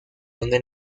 donde